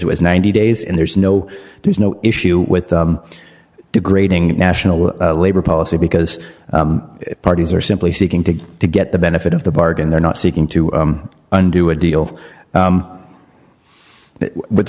it was ninety days and there's no there's no issue with degrading national labor policy because parties are simply seeking to get the benefit of the bargain they're not seeking to undo a deal with